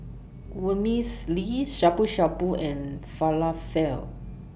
Vermicelli Shabu Shabu and Falafel